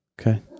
Okay